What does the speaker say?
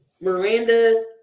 Miranda